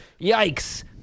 Yikes